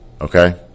Okay